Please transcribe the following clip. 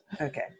okay